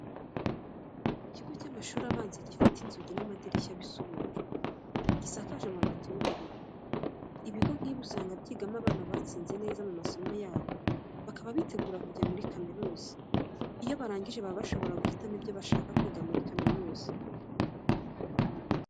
Mu kigo cy'amashuri abanza, gifite inzugi n'amadirishya bisa ubururu, gisakaje amabati y'ubururu. Ibigo nk'ibi usanga byigamo abana batsinze neza mu masomo yabo, bakaba bitegura kujya muri kaminuza. Iyo barangije baba bashobora guhitamo ibyo bashaka kwiga muri kaminuza.